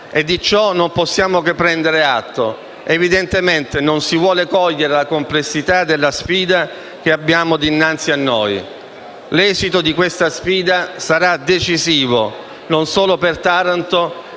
e di ciò non possiamo che prendere atto: evidentemente non si vuole cogliere la complessità della sfida che abbiamo dinanzi a noi. L'esito di questa sfida sarà decisivo, non solo per Taranto